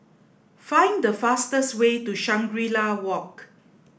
find the fastest way to Shangri La Walk